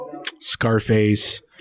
Scarface